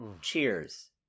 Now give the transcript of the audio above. Cheers